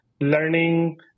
learning